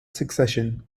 succession